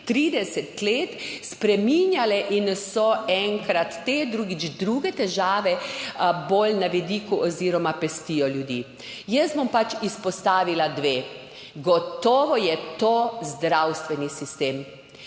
30 let spreminjale in so enkrat te, drugič druge težave bolj na vidiku oziroma pestijo ljudi. Jaz bom pač izpostavila dve. Gotovo je to zdravstveni sistem.